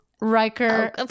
Riker